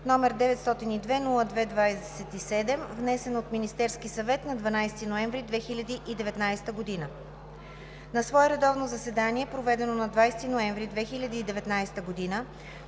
№ 902-02-27, внесен от Министерския съвет на 12 ноември 2019 г. На редовно заседание, проведено на 21 ноември 2019 г.,